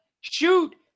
shoot